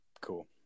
Cool